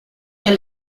che